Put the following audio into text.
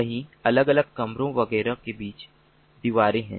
वहीं अलग अलग कमरों वगैरह के बीच दीवारें हैं